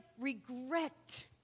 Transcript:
regret